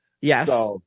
Yes